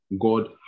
God